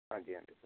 हाँ जी हाँ जी